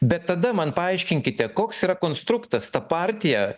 bet tada man paaiškinkite koks yra konstruktas ta partija